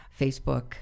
Facebook